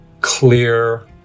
clear